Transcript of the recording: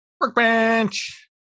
Workbench